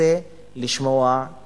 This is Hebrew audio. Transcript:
כי אני רוצה לשמוע תשובות.